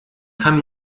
kann